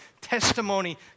testimony